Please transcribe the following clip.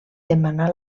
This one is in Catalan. demanà